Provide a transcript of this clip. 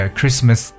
Christmas